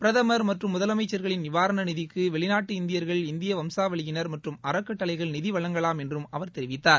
பிரதமர் மற்றும் முதலமைச்சர்களின் நிவாரண நிதிக்கு வெளிநாட்டு இந்தியர்கள் இந்திய வம்சாவளியினர் மற்றும் அறக்கட்டளைகள் நிதி வழங்கலாம் என்றும் அவர் தெரிவித்தார்